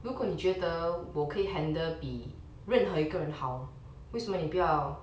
如果你觉得我可以 handle 比任何一个人好为什么你不要